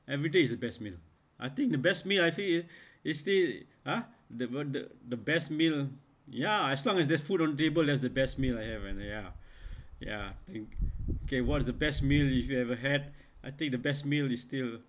every day is the best meal I think the best I feel it's still uh the ver~ the best meal ya as long as there's food on the table that's the best meal I have ah ya ya okay what is the best meal if you ever had I think the best meal is still